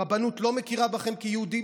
הרבנות לא מכירה בכם כיהודים?